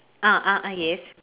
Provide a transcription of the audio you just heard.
ah ah ah yes